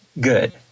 good